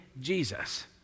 Jesus